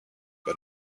but